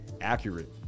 accurate